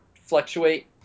fluctuate